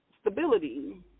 stability